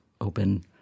open